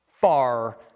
far